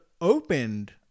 opened